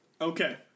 Okay